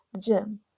gym